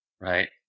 Right